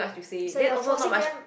so you're forcing them